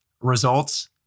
results